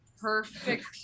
perfect